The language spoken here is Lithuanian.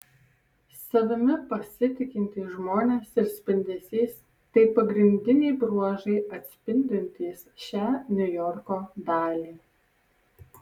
savimi pasitikintys žmonės ir spindesys tai pagrindiniai bruožai atspindintys šią niujorko dalį